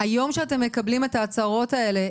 היום כשאתם מקבלים את ההצהרות האלה,